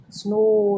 snow